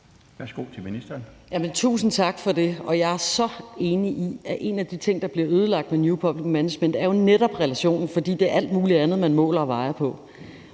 tusind tak for det, og jeg er så enig i, at en af de ting, der bliver ødelagt med new public management, jo netop er relationen, fordi det er alt muligt andet, man måler og vejer på.